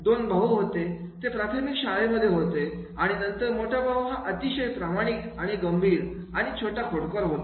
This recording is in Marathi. दोन भाऊ होते ते प्राथमिक शाळेमध्ये होते आणि नंतर मोठा भाऊ हा अतिशय प्रामाणिक आणि गंभीर आणि छोटा खोडकर होता